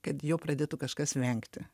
kad jo pradėtų kažkas vengti